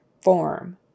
form